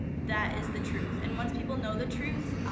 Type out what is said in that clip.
that is the truth. and once people know the truth,